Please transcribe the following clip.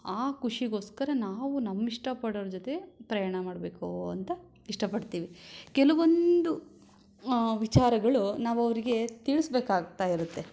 ಆ ಖುಷಿಗೋಸ್ಕರ ನಾವು ನಮ್ಮ ಇಷ್ಟಪಡೋರ ಜೊತೆ ಪ್ರಯಾಣ ಮಾಡಬೇಕು ಅಂತ ಇಷ್ಟಪಡ್ತೀವಿ ಕೆಲವೊಂದು ವಿಚಾರಗಳು ನಾವು ಅವ್ರಿಗೆ ತಿಳಿಸ್ಬೇಕಾಗ್ತಾ ಇರುತ್ತೆ